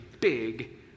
big